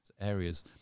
areas